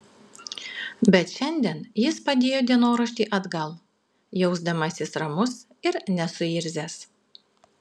bet šiandien jis padėjo dienoraštį atgal jausdamasis ramus ir nesuirzęs